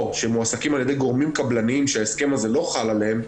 שהם מועסקים על ידי גורמים קבלניים שההסכם הזה לא חל עליהם,